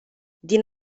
din